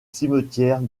cimetière